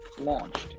launched